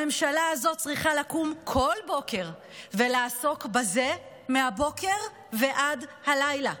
הממשלה הזאת צריכה לקום כל בוקר ולעסוק בזה מהבוקר ועד הלילה.